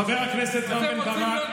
חבר הכנסת רם בן ברק,